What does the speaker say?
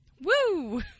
Woo